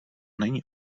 není